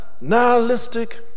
nihilistic